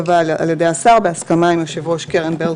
תיקבע על ידי השר בהסכמה עם יושב-ראש קרן ברל